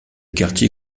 quartier